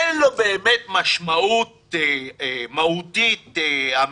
אין לו באמת משמעות מהותית אמיתית.